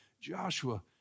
Joshua